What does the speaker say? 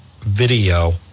video